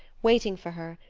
waiting for her,